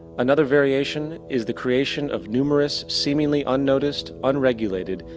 another variation is the creation of numerous, seemingly unnoticed, unregulated,